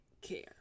care